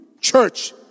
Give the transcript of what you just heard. Church